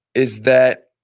is that